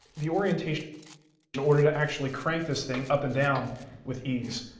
the orientation in order to actually crank this thing up and down with ease,